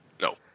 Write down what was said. No